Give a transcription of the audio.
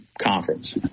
conference